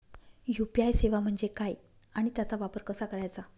UPI सेवा म्हणजे काय आणि त्याचा वापर कसा करायचा?